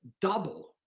Double